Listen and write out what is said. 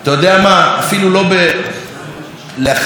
אפילו לא להחזיר אותו מחר,